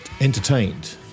Entertained